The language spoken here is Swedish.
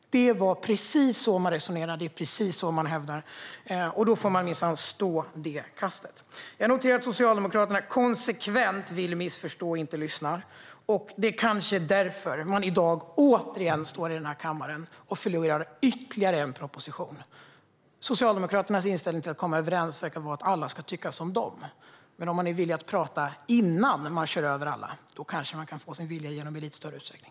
Det var precis så man resonerade, och det är precis det man hävdar. Då får man minsann stå sitt kast. Jag noterar att Socialdemokraterna konsekvent vill missförstå och inte lyssnar. Det kanske är därför man i dag återigen står här i kammaren och förlorar ytterligare en proposition. Socialdemokraternas inställning till att komma överens verkar vara att alla ska tycka som de. Men om man är villig att prata innan man kör över alla kanske man kan få sin vilja igenom i lite större utsträckning.